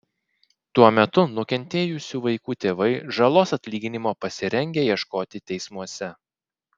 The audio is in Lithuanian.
tuo metu nukentėjusių vaikų tėvai žalos atlyginimo pasirengę ieškoti teismuose